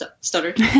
stuttered